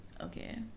Okay